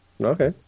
Okay